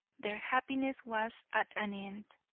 their happiness was at an end.